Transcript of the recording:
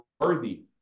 Worthy